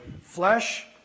Flesh